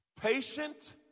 Patient